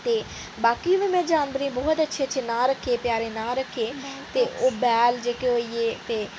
बाकी में जानवरें दे बहुत अच्छे प्यारे प्यारे न रक्खे दे ओह् बैल जेह्के होई गे